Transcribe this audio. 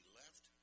left